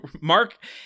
Mark